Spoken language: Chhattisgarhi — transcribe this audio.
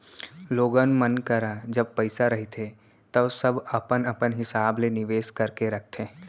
लोगन मन करा जब पइसा रहिथे तव सब अपन अपन हिसाब ले निवेस करके रखथे